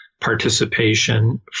participation